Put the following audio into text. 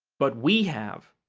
but we have.